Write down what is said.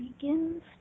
begins